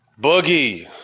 Boogie